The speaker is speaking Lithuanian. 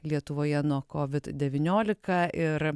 lietuvoje nuo covid devyniolika ir